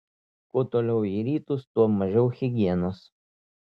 kuo toliau į rytus tuo mažiau higienos